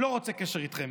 לא רוצה קשר אתכם.